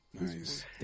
Nice